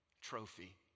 trophy